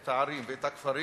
את הערים ואת הכפרים,